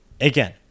Again